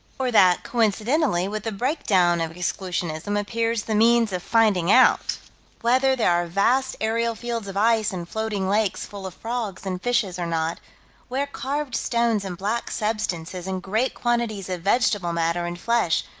or that coincidentally with the breakdown of exclusionism appears the means of finding out whether there are vast aerial fields of ice and floating lakes full of frogs and fishes or not where carved stones and black substances and great quantities of vegetable matter and flesh,